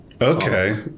Okay